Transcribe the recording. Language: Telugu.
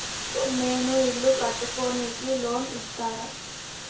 నేను ఇల్లు కట్టుకోనికి లోన్ ఇస్తరా?